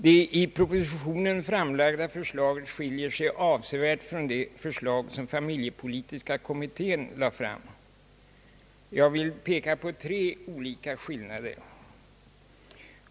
Det i propositionen framlagda förslaget skiljer sig avsevärt från det förslag som familjepolitiska kommittén lade fram. Jag vill peka på tre olika skillnader.